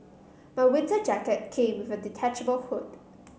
my winter jacket came with a detachable hood